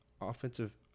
offensive –